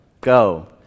go